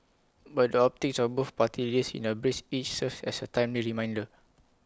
but the optics of both party leaders in A brace each serves as A timely reminder